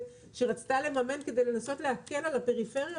שרצתה לממן כדי לנסות להקל בעיקר על הפריפריה